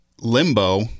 limbo